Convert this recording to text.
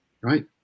right